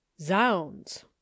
Zounds